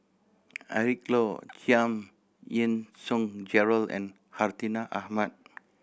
Eric Low Giam Yean Song Gerald and Hartinah Ahmad